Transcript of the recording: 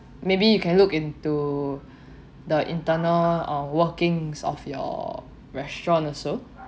maybe you can look into the internal uh workings of your restaurant also